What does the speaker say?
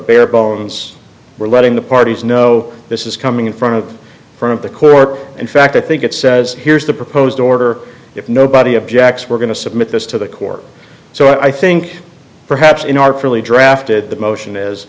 bare bones we're letting the parties know this is coming in front of the front of the clerk in fact i think it says here's the proposed order if nobody objects we're going to submit this to the court so i think perhaps in our fairly drafted the motion is